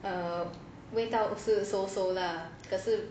err 味道是 also so so lah 可是